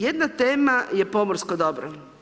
Jedna tema je pomorsko dobro.